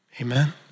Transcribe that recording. Amen